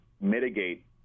mitigate